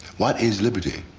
what is liberty?